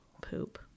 Poop